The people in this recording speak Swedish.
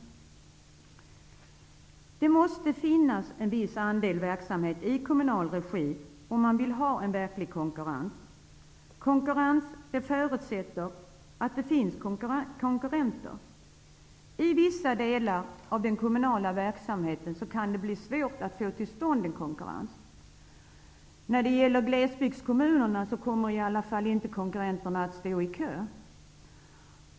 Det måste finnas en viss andel verksamhet i kommunal regi om det skall finnas en verklig konkurrens. Konkurrens förutsätter att det finns konkurrenter. I vissa delar av den konmmunala verksamheten kan det bli svårt att få till stånd en konkurrens. Konkurrenterna kommer i alla fall inte att stå i kö i glesbygdskommunerna.